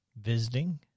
visiting